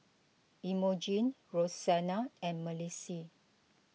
Imogene Rosanna and Malissie